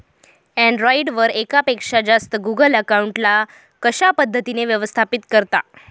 Android वर एकापेक्षा जास्त गुगल अकाउंट ला कशा पद्धतीने व्यवस्थापित करता?